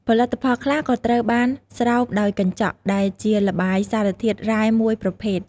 ផលិតផលខ្លះក៏ត្រូវបាន ស្រោបដោយកញ្ចក់ ដែលជាល្បាយសារធាតុរ៉ែមួយប្រភេទ។